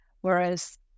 whereas